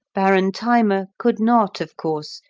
baron thyma could not, of course,